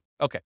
Okay